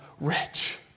rich